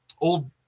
old